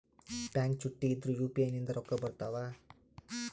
Bank ಚುಟ್ಟಿ ಇದ್ರೂ UPI ನಿಂದ ರೊಕ್ಕ ಬರ್ತಾವಾ?